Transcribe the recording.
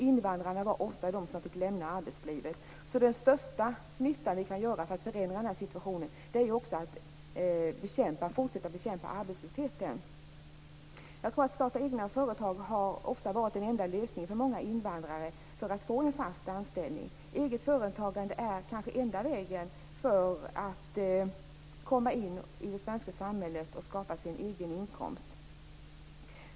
Invandrarna var ofta de som fick lämna arbetslivet. Den största nyttan vi kan göra för att förändra den här situationen är ju att fortsätta att bekämpa arbetslösheten. Att starta egna företag tror jag ofta har varit den enda möjligheten för många invandrare att få en fast anställning. Eget företagande är kanske enda vägen att komma in i det svenska samhället och skapa sig en egen inkomst.